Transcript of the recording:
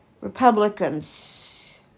Republicans